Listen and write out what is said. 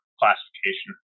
classification